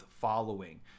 following